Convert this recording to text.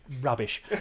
rubbish